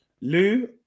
Lou